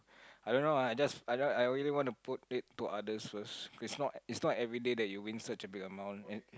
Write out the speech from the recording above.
I don't know lah I just I ra~ really want to put it to others first it's not it's not everyday that you win such a big amount and